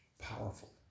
powerful